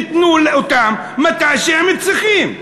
ייתנו אותם מתי שהם צריכים,